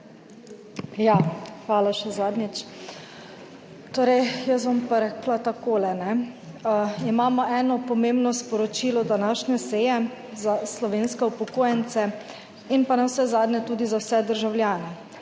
Hvala še zadnjič. Jaz bom pa rekla takole, imamo eno pomembno sporočilo današnje seje za slovenske upokojence in pa navsezadnje tudi za vse državljane